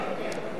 רשימת דוברים, אין.